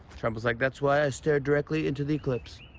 trump was like, that's why i stared directly into the eclipse.